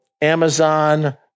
Amazon